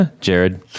Jared